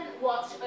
watch